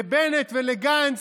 לבנט ולגנץ,